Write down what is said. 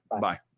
Bye